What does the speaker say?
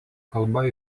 kalba